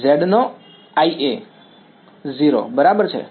વિદ્યાર્થી z નો I A 0 બરાબર છે